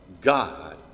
God